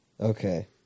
Okay